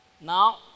now